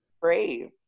brave